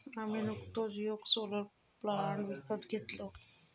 आम्ही नुकतोच येक सोलर प्लांट विकत घेतलव